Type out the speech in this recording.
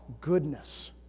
goodness